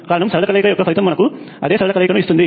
కారణం సరళ కలయిక యొక్క ఫలితం మనకు అదే సరళ కలయికను ఇస్తుంది